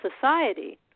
society